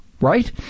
right